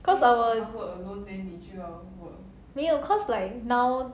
cause our work 没有 cause like now